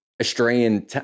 Australian